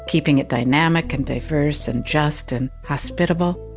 keeping it dynamic and diverse and just and hospitable,